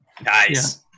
Nice